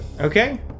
Okay